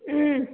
ம்